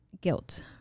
guilt